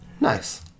Nice